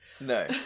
no